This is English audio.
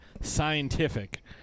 scientific